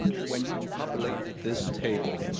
when you populate this table,